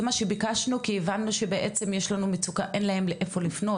זה מה שביקשנו כי הבנו שבעצם יש להם מצוקה ואין להם לאיפה לפנות,